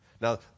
Now